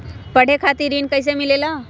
पढे खातीर ऋण कईसे मिले ला?